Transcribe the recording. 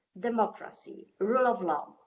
democracy, rule of law.